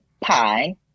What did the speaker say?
Pie